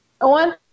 one